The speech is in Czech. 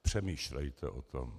Přemýšlejte o tom.